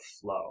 flow